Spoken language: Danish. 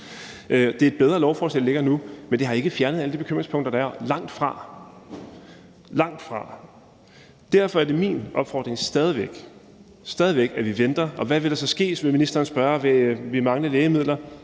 Det er et bedre lovforslag, der ligger nu, men det har ikke fjernet alle de bekymringspunkter, der er – langtfra. Derfor er min opfordring stadig væk, at vi venter; og hvad vil der så ske? vil ministeren spørge. Vil vi mangle lægemidler?